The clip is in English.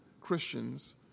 Christians